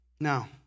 Now